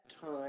time